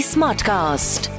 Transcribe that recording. Smartcast